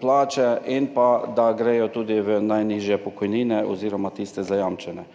plače in pa gredo tudi v najnižje pokojnine oziroma tiste zajamčene,